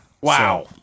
Wow